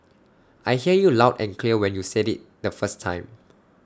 I heard you loud and clear when you said IT the first time